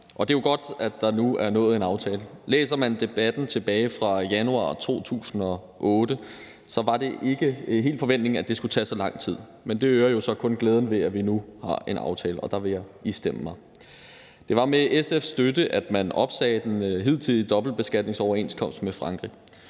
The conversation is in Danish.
og det er jo godt, at der nu er nået en aftale. Læser man debatten tilbage fra januar 2008, var det ikke helt forventningen, at det skulle tage så lang tid – men det øger jo så kun glæden ved, at vi nu har en aftale, og den vil jeg istemme. Det var med SF's støtte, at man opsagde den hidtidige dobbeltbeskatningsoverenskomst med Frankrig.